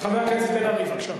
חבר הכנסת בן-ארי, בבקשה.